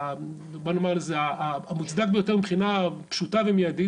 נקרא לו "המוצדק ביותר מבחינה פשוטה ומיידית",